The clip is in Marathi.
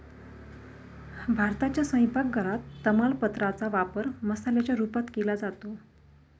भारताच्या स्वयंपाक घरात तमालपत्रा चा वापर मसाल्याच्या रूपात केला जातो